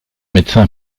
médecin